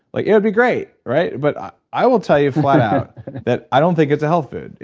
like it would be great, right? but i i will tell you flat out that i don't think it's a health food.